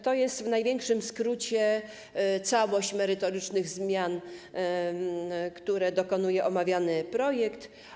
To jest w największym skrócie całość merytorycznych zmian, których dokonuje omawiany projekt.